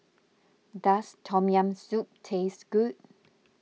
does Tom Yam Soup taste good